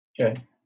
Okay